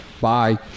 bye